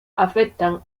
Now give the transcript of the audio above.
afectan